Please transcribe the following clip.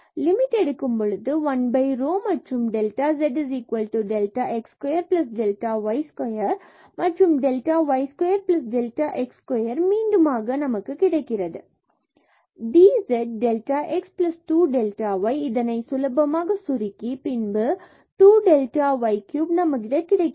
limit எடுக்கும்பொழுது 1 rho மற்றும் பின்பு delta z delta x square plus 2 delta y square மற்றும் delta y square plus delta x square மீண்டுமாக இங்கு நம்மிடம் கிடைக்கிறது zf0x0y f00Δx32Δy3Δx2Δy2 dz∂z∂xx∂z∂yΔyx2Δy dz delta x 2 delta y இதனை நாம் சுலபமாக சுருக்கி பின்பு 2 delta y cube நம்மிடம் கிடைக்கிறது